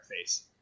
face